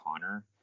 Connor